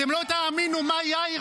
אתם לא תאמינו מה יאיר,